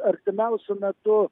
artimiausiu metu